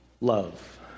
Love